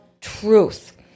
truth